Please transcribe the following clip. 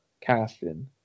casting